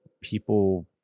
people